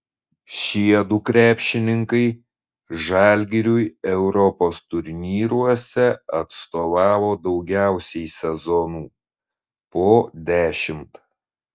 šiedu krepšininkai žalgiriui europos turnyruose atstovavo daugiausiai sezonų po dešimt